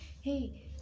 Hey